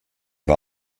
war